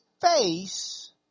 face